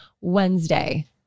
Wednesday